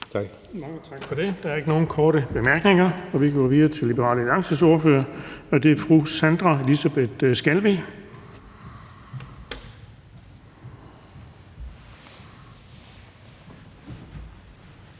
Mange tak for det. Der er ikke nogen korte bemærkninger. Vi går videre til Liberal Alliances ordfører, og det er fru Sandra Elisabeth Skalvig.